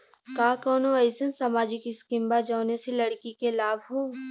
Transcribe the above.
का कौनौ अईसन सामाजिक स्किम बा जौने से लड़की के लाभ हो?